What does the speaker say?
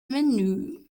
menü